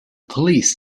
police